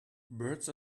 birds